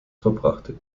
verbrachte